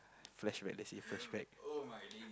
flashback let's see flashback